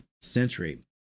century